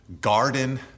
garden